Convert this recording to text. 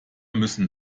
müssen